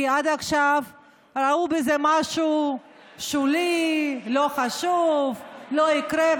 כי עד עכשיו ראו בזה משהו שולי, לא חשוב, לא יקרה.